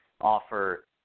offer